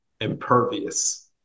impervious